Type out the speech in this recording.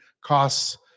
costs